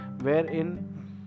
wherein